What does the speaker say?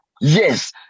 Yes